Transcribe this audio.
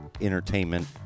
entertainment